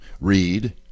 read